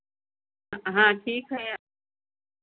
हाँ ठीक है